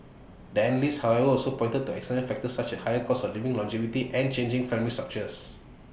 the analysts however also pointed to external factors such as the higher cost of living longevity and changing family structures